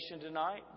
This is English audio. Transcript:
tonight